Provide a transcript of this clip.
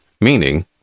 meaning